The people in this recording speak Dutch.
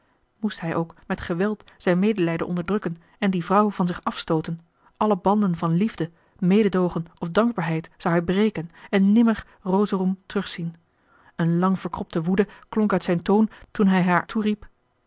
moest hij ook met geweld zijn medelijden onderdrukken en die vrouw van zich afstooten alle banden van liefde mededoogen of dankbaarheid zou hij breken en nimmer rosorum terugzien een lang verkropte woede klonk uit zijn toon toen hij haar toeriep